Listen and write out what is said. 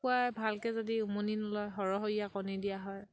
কুকুৰাই ভালকে যদি উমনি নোলোৱা সৰহসৰীয়া কণী দিয়া হয়